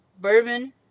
bourbon